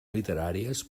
literàries